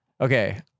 Okay